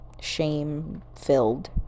shame-filled